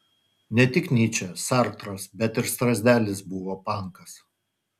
ne tik nyčė sartras bet ir strazdelis buvo pankas